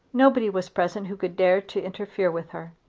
nobody was present who could dare to interfere with her.